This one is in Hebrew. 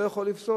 זה לא יכול לפסול,